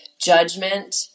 judgment